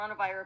coronavirus